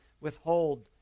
withhold